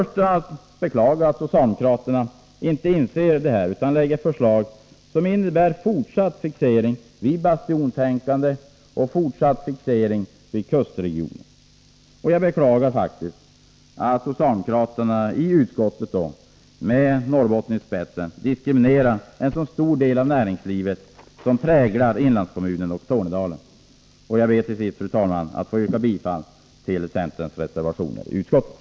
Socialdemokraterna har inte den insikten utan lägger fram förslag som innebär fortsatt fixering vid bastiontänkande och vid kustregionen. Jag beklagar att socialdemokraterna i arbetsmarknadsutskottet med Frida Berglund i spetsen diskriminerar en stor del av det näringsliv som präglar inlandskommunerna och Tornedalen. Fru talman! Jag ber att få yrka bifall till centerns reservationer vid betänkandet.